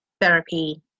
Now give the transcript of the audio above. therapy